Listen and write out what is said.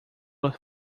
los